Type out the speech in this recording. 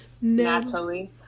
Natalie